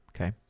Okay